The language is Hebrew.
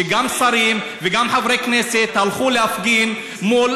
שגם שרים וגם חברי כנסת הלכו להפגין מול